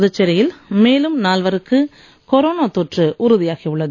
புதுச்சேரியில் மேலும் நால்வருக்கு கொரோனா தொற்று உறுதியாகி உள்ளது